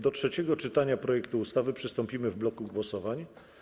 Do trzeciego czytania projektu ustawy przystąpimy w bloku głosowań.